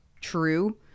true